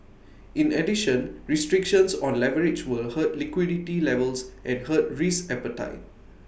in addition restrictions on leverage will hurt liquidity levels and hurt risk appetite